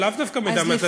לאו דווקא מידע מהתעשייה.